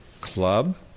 club